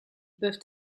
peuvent